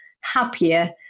happier